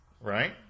right